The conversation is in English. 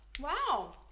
Wow